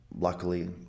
luckily